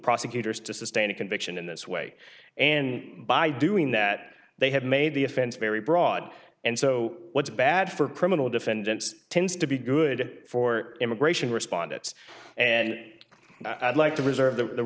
prosecutors to sustain a conviction in this way and by doing that they have made the offense very broad and so what's bad for criminal defendants tends to be good for immigration respondents and i'd like to reserve the